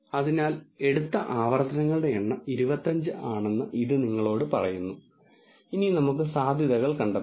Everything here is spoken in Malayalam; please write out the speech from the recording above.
അതിനാൽ എടുത്ത ആവർത്തനങ്ങളുടെ എണ്ണം 25 ആണെന്ന് ഇത് നിങ്ങളോട് പറയുന്നു ഇനി നമുക്ക് സാധ്യതകൾ കണ്ടെത്താം